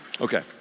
Okay